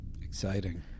Exciting